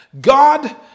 God